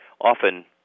often